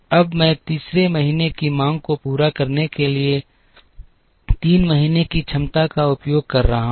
अब मैं तीसरे महीने की मांग को पूरा करने के लिए 3 महीने की क्षमता का उपयोग कर रहा हूं